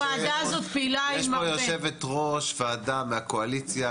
הוועדה הזאת פעילה עם הרבה --- יש פה יושבת ראש ועדה מהקואליציה,